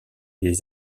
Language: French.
les